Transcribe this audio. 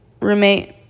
roommate